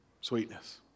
sweetness